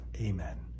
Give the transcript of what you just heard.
Amen